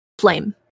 flame